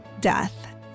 death